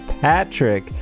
Patrick